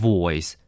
Voice